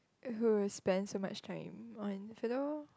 who will spend so much time on philo